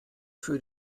für